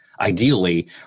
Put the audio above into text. ideally